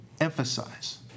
emphasize